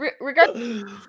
Regardless